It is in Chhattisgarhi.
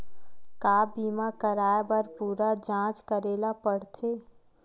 का बीमा कराए बर पूरा जांच करेला पड़थे?